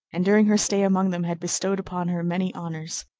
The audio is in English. and during her stay among them had bestowed upon her many honors.